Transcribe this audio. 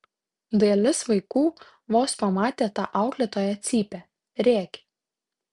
dalis vaikų vos pamatę tą auklėtoją cypia rėkia